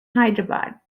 hyderabad